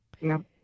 no